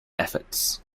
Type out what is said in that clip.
efforts